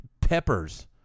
peppers